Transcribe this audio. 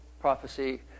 Prophecy